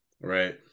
Right